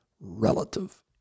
relative